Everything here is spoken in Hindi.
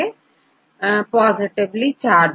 छात्र धनात्मक या पॉजिटिवली चार्ज